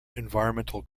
environmental